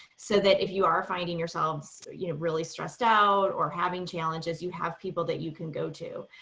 so that if you are finding yourselves you know really stressed out or having challenges you have people that you can go to.